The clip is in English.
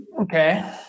Okay